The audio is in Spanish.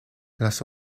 las